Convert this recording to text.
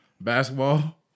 basketball